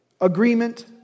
agreement